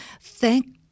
Thank